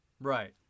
Right